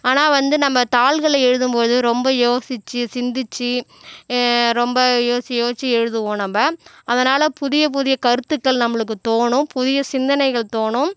ஆனால் வந்து நம்ம தாள்களில் எழுதும்போது ரொம்ப யோசித்து சிந்தித்து ரொம்ப யோசித்து யோசித்து எழுதுவோம் நம்ம அதனால் புதிய புதிய கருத்துக்கள் நம்மளுக்கு தோணும் புதிய சிந்தனைகள் தோணும்